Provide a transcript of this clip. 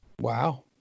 Wow